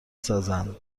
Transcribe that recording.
سازند